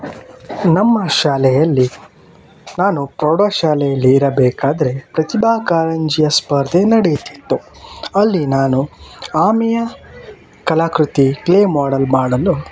ನಮ್ಮ ಶಾಲೆಯಲ್ಲಿ ನಾನು ಪ್ರೌಢಶಾಲೆಯಲ್ಲಿ ಇರಬೇಕಾದರೆ ಪ್ರತಿಭಾ ಕಾರಂಜಿಯ ಸ್ಪರ್ಧೆ ನಡೆಯುತ್ತಿತ್ತು ಅಲ್ಲಿ ನಾನು ಆಮೆಯ ಕಲಾಕೃತಿ ಕ್ಲೇ ಮಾಡೆಲ್ ಮಾಡಲು